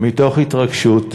מתוך התרגשות.